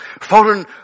Foreign